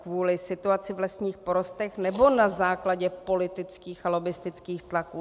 Kvůli situaci v lesních porostech, nebo na základě politických a lobbistických tlaků?